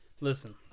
Listen